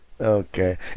Okay